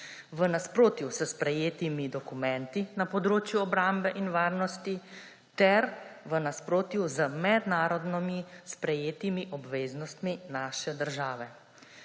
v nasprotju s sprejetimi dokumenti na področju obrambe in varnosti ter v nasprotju z mednarodnimi sprejetimi obveznostmi naše države.